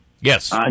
yes